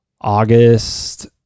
August